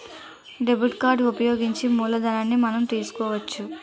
debit card ఉపయోగించి మూలధనాన్ని మనం తీసుకోవచ్చు